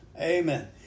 Amen